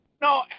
No